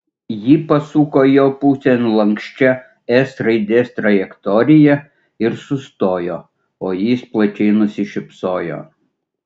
ji pasuko jo pusėn lanksčia s raidės trajektorija ir sustojo o jis plačiai nusišypsojo